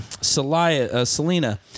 Selena